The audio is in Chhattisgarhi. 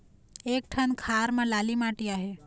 एक ठन खार म लाली माटी आहे?